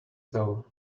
though